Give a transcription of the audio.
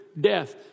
death